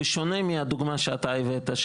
בשונה מהדוגמה שאתה הבאת,